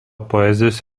poezijos